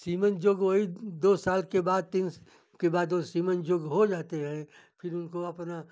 सीमेन जोगोई दो साल के बाद तीन के बाद दो सीमेन जोग हो जाते हैं फिर उनको अपना